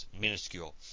minuscule